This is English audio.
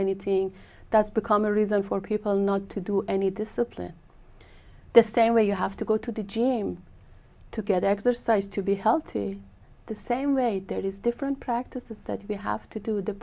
anything that's become a reason for people not to do any discipline the same way you have to go to the james to get exercise to be healthy the same way there is different practices that we have to do the